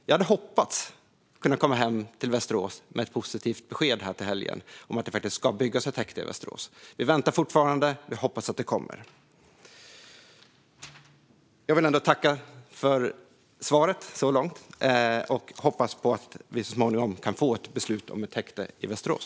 Jag hade hoppats kunna komma hem till Västerås till helgen med ett positivt besked om att det ska byggas ett häkte där. Vi väntar fortfarande, och vi hoppas att det kommer. Jag vill ändå tacka för svaret så här långt, och jag hoppas att vi så småningom kan få ett beslut om ett häkte i Västerås.